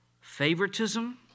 favoritism